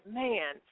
man